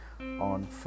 on